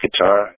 guitar